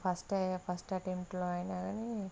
ఫస్టే ఫస్ట్ అటెంప్ట్లో అయినా కానీ